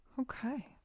Okay